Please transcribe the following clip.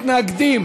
מתנגדים